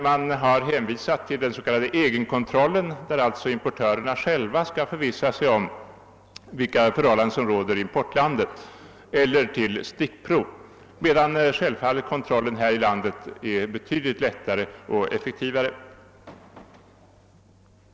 Man har hänvisat till den s.k. egenkontrollen, där alltså importörerna själva skall förvissa sig om vilka förhållanden som råder i importlandet, eller till stickprov, medan självfallet kontrollen här i landet är betydligt lättare och effektivare.